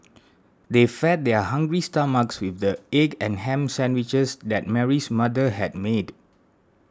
they fed their hungry stomachs with the egg and ham sandwiches that Mary's mother had made